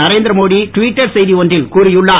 Narendra Modi Twitter செய்தி ஒன்றில் கூறியுள்ளார்